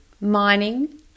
Mining